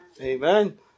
Amen